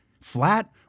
flat